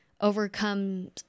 overcome